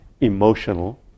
emotional